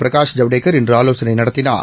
Prakash Javadekar இன்றுஆலோசனைநடத்தினார்